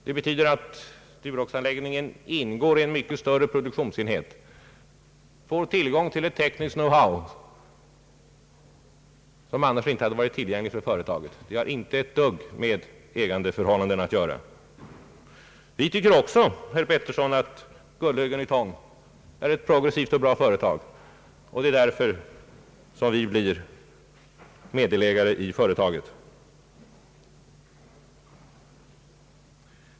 Det betyder att Duroxanläggningen ingår i en mycket större produktionsenhet och får tillgång till teknisk »know how» som annars inte hade varit tillgänglig för företaget. Det har inte ett dugg med ägandeförhållandena att göra. Vi tycker också, herr Harald Pettersson, att Gullhögen-Ytong är ett progressivt och bra företag, och det är därför som vi blir delägare i företaget.